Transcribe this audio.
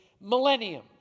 millennium